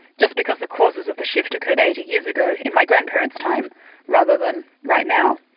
just because the causes of the shift occurred eighty years ago in my grandparents' time rather than right now?